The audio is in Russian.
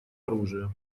оружия